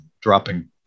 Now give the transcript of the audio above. dropping